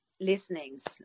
listenings